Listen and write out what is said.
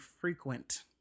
frequent